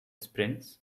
sprints